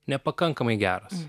nepakankamai geras